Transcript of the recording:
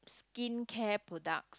skincare products